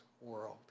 world